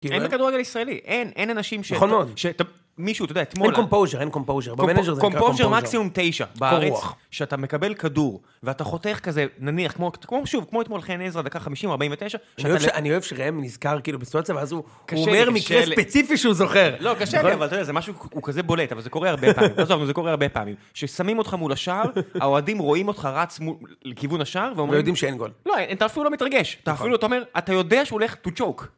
אין בכדורגל ישראלי, אין, אין אנשים ש... -נכון מאוד. -שאתה, מישהו, אתה יודע, אתמול... -אין קומפוז'ר, אין קומפוז'ר. במנאג'ר זה נקרא קומפוז'ר. -קומפוז'ר מקסימום תשע בארץ. -קור רוח. -כשאתה מקבל כדור, ואתה חותך כזה, נניח, כמו, כמו... שוב, כמו אתמול חן עזרא, דקה 50-49, שאתה... -אני אוהב ש... אני אוהב שראם נזכר כאילו בסיטואציה, ואז הוא... הוא אומר מקרה ספציפי שהוא זוכר. -לא, קשה ל... -כן, אבל אתה יודע, זה משהו, הוא כזה בולט, אבל זה קורה הרבה פעמים. עזוב, זה קורה הרבה פעמים. ששמים אותך מול השער, האוהדים רואים אותך רץ מול... לכיוון השער, ואומרים... -והם יודעים שאין גול. לא, אתה אפילו לא מתרגש, אתה אפילו, אתה אומר, אתה יודע שהוא הולך to choke.